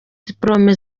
dipolome